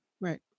Right